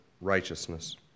righteousness